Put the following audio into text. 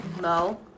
No